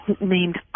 named